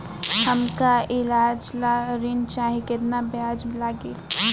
हमका ईलाज ला ऋण चाही केतना ब्याज लागी?